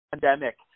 pandemic